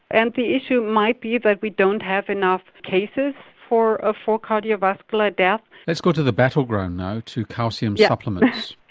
and the issue might be that but we don't have enough cases for a full cardiovascular death. let's go to the battleground now to calcium supplements.